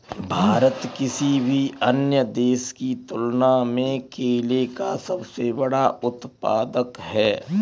भारत किसी भी अन्य देश की तुलना में केले का सबसे बड़ा उत्पादक है